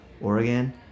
Oregon